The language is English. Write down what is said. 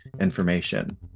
information